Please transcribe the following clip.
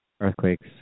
earthquakes